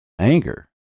anger